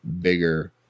bigger